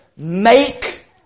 Make